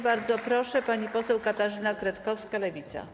Bardzo proszę, pani poseł Katarzyna Kretkowska, Lewica.